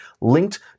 linked